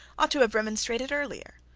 ought to have remonstrated earlier.